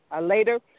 later